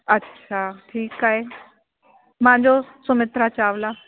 अच्छा ठीकु आहे मुंहिंजो सुमित्रा चावला